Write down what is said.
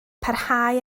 parhau